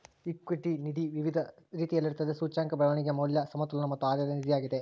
equity ನಿಧಿ ವಿವಿಧ ರೀತಿಯಲ್ಲಿರುತ್ತದೆ, ಸೂಚ್ಯಂಕ, ಬೆಳವಣಿಗೆ, ಮೌಲ್ಯ, ಸಮತೋಲನ ಮತ್ತು ಆಧಾಯದ ನಿಧಿಯಾಗಿದೆ